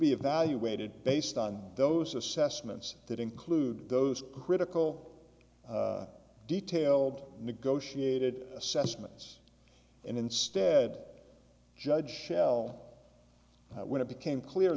be evaluated based on those assessments that include those critical detailed negotiated assessments and instead judge shell when it became clear